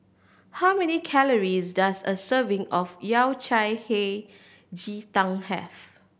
how many calories does a serving of Yao Cai Hei Ji Tang have